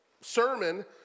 sermon